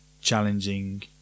challenging